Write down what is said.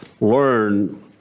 learn